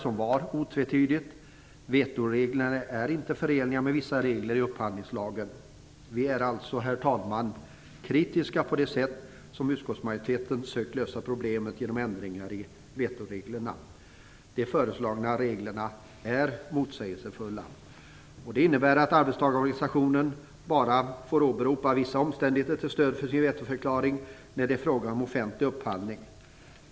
Det var otvetydigt: Vetoreglerna är inte förenliga med vissa regler i upphandlingslagen. Vi är alltså, herr talman, kritiska till det sätt som utskottsmajoriteten har sökt lösa problemet på, dvs. genom ändringar i vetoreglerna. De föreslagna reglerna är motsägelsefulla. De innebär att arbetstagarorganisationen bara får åberopa vissa omständigheter till stöd för sin vetoförklaring när det är fråga om en offentlig upphandling.